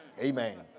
Amen